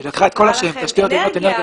היא קראה לכם משרד האנרגיה,